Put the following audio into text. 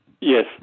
Yes